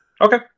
Okay